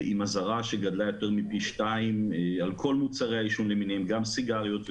עם אזהרה שגדולה פי שניים על כל מוצרי העישון למיניהם: גם סיגריות,